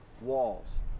walls